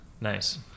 nice